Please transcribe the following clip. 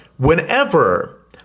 Whenever